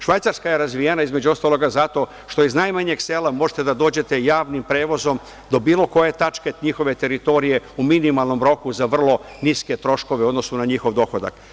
Švajcarska je razvijena između ostalog zato što iz najmanjeg sela možete da dođete javnim prevozom do bilo koje tačke njihove teritorije u minimalnom roku za vrlo niske troškove u odnosu na njihov dohodak.